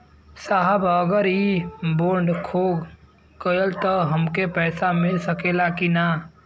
साहब अगर इ बोडखो गईलतऽ हमके पैसा मिल सकेला की ना?